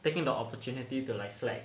taking the opportunity to like slack